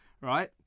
right